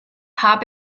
habe